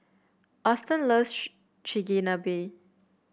Auston loves Chigenabe